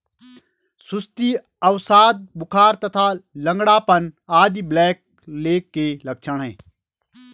सुस्ती, अवसाद, बुखार तथा लंगड़ापन आदि ब्लैकलेग के लक्षण हैं